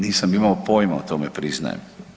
Nisam imao pojma o tome, priznajem.